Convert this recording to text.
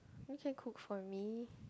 you can cook for me